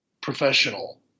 professional